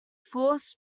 force